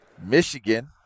Michigan